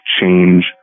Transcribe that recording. change